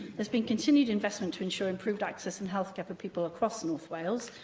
there's been continued investment to ensure improved access and healthcare for people across north wales.